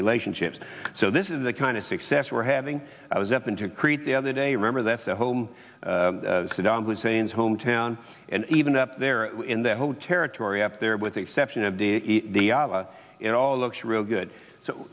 relationships so this is the kind of success we're having i was up in to create the other day remember that the home saddam hussein's hometown and even up there in the whole territory up there with the exception of the it all looks real good so